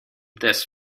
this